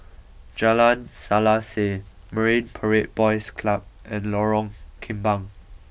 Jalan Selaseh Marine Parade Boys Club and Lorong Kembang